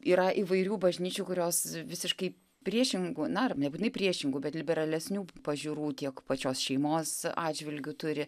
yra įvairių bažnyčių kurios visiškai priešingų na ar nebūtinai priešingų bet liberalesnių pažiūrų tiek pačios šeimos atžvilgiu turi